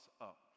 up